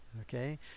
okay